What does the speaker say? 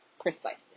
precisely